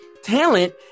Talent